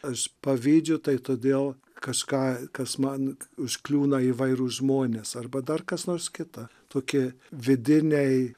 aš pavydžiu tai todėl kažką kas man užkliūna įvairūs žmonės arba dar kas nors kita tokie vidiniai